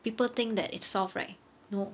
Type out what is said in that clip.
people think that its solved right